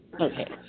Okay